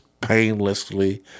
painlessly